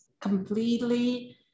completely